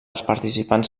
participants